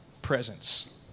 Presence